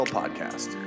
podcast